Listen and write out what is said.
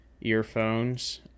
earphones